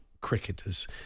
cricketers